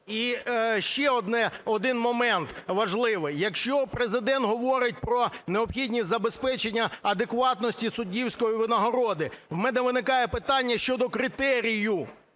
І ще один момент важливий. Якщо Президент говорить про необхідність забезпечення адекватності суддівської винагороди, в мене виникає питання щодо критерію.